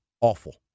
awful